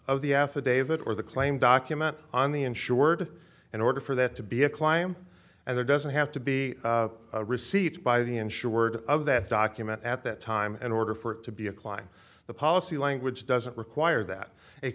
of the affidavit or the claim document on the insured in order for there to be a climb and there doesn't have to be received by the insured of that document at that time in order for it to be a klein the policy language doesn't require that